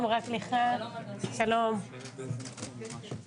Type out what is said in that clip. שמחה וגם מתרגשת